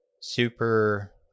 super